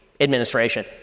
Administration